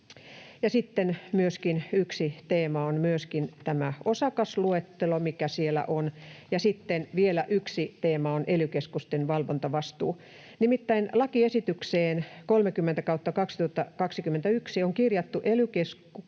on myöskin tämä osakasluettelo, mikä siellä on. Ja sitten vielä yksi teema on ely-keskusten valvontavastuu. Nimittäin lakiesitykseen 30/2021 on kirjattu ely-keskuksella